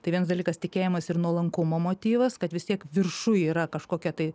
tai vienas dalykas tikėjimas ir nuolankumo motyvas kad vis tiek viršuj yra kažkokia tai